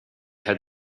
had